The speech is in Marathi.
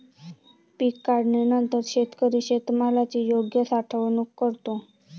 पीक काढणीनंतर शेतकरी शेतमालाची योग्य साठवणूक करतो